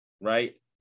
right